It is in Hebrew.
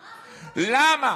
למה?